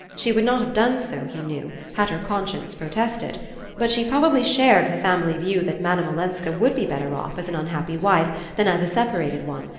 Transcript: she would not have done so, he knew, had her conscience protested but she probably shared the family view that madame olenska would be better off as an unhappy wife than as a separated one,